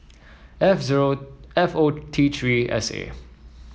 F zero F O T Three S A